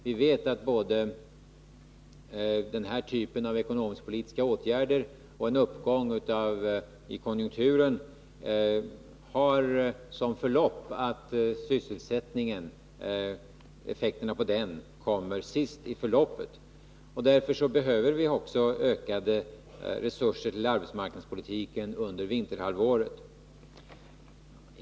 Vi vet att både den här typen av ekonomiskpolitiska åtgärder och en uppgång i konjunkturen har ett sådant förlopp att effekterna på sysselsättningen kommer sist. Därför behöver vi också ökade resurser till arbetsmarknadspolitiken under vinterhalvåret.